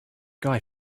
guy